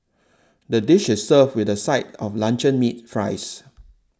the dish is served with a side of luncheon meat fries